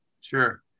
Sure